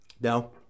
No